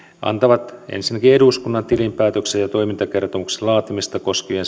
antavat ensinnäkin eduskunnan tilinpäätöksen ja toimintakertomuksen laatimista koskevien